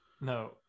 No